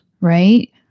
right